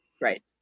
right